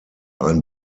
ein